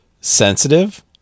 sensitive